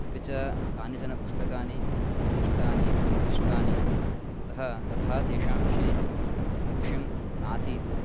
अपि च कानिचन पुस्तकानि इष्टानि क्लिष्टानि अतः तथा तेषां विषये लक्ष्यं नासीत्